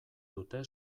dute